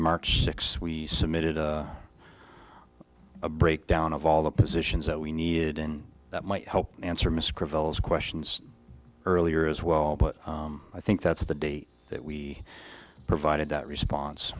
march six we submitted a breakdown of all the positions that we needed and that might help answer misc ravel's questions earlier as well but i think that's the day that we provided that response